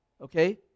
okay